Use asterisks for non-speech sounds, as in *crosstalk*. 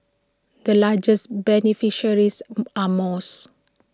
the largest beneficiaries *noise* are mosques